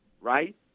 right